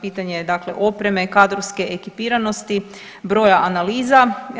Pitanje je dakle opreme, kadrovske ekipiranosti, broja analiza.